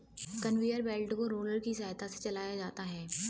conveyor belt को roller की सहायता से चलाया जाता है